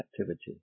activity